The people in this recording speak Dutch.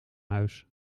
huis